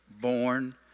born